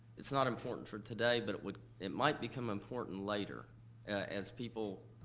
it's not important for today, but it would, it might become important later as people